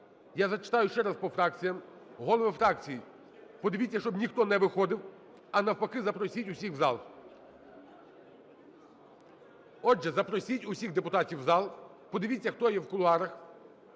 я зачитаю ще раз по фракціям. Голови фракцій, подивіться, щоби ніхто не виходив, а навпаки, запросіть усіх у зал. Отже, запросіть усіх депутатів у зал, подивіться, хто є в кулуарах.